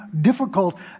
difficult